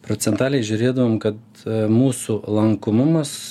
procentaliai žiūrėdavom kad mūsų lankomumas